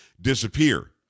disappear